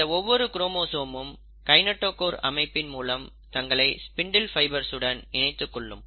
இந்த ஒவ்வொரு குரோமோசோமும் கைநெட்டோகோர் அமைப்பின் மூலம் தங்களை ஸ்பிண்டில் ஃபைபர்ஸ் உடன் இணைத்துக் கொள்ளும்